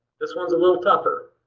this one's a little tougher.